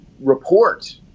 report